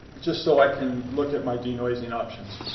just so i can look at my denoising options.